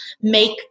make